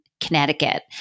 Connecticut